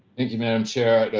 thank you madam chair.